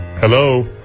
Hello